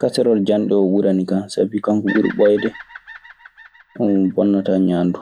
Kaserol janɗe oo ɓuranikan sabi kanko ɓuri ɓooyde. On bonnataa ñaandu.